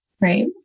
Right